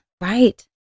Right